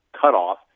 cutoff